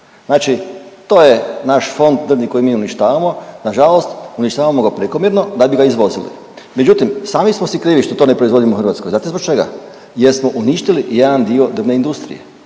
Znači to je naš fond drvni koji mi uništavamo, nažalost, uništavamo ga prekomjerno da bi ga izvozili. Međutim, sami smo si krivi što to ne proizvodimo u Hrvatskoj. Znate zbog čega? Jer smo uništili jedan dio drvne industrije